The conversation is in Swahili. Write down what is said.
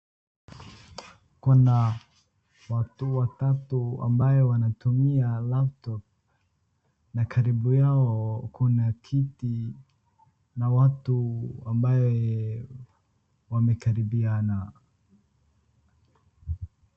Kuna watu watatu ambaye wanatumia laptop na karibu yao kuna kiti na watu ambaye wamekaribiana.